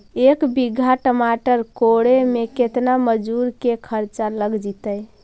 एक बिघा टमाटर कोड़े मे केतना मजुर के खर्चा लग जितै?